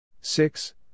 six